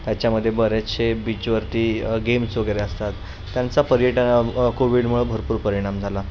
त्याच्यामध्ये बरेचशे बीचवरती गेम्स वगैरे असतात त्यांचा पर्यटना कोविडमुळं भरपूर परिणाम झाला